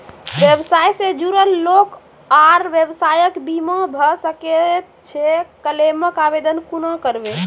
व्यवसाय सॅ जुड़ल लोक आर व्यवसायक बीमा भऽ सकैत छै? क्लेमक आवेदन कुना करवै?